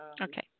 Okay